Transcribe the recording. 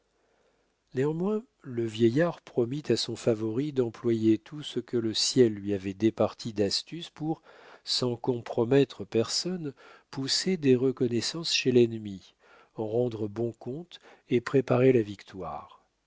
néanmoins le vieillard promit à son favori d'employer tout ce que le ciel lui avait départi d'astuce pour sans compromettre personne pousser des reconnaissances chez l'ennemi en rendre bon compte et préparer la victoire